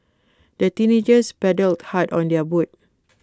the teenagers paddled hard on their boat